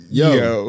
yo